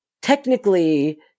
technically